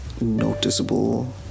noticeable